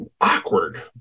awkward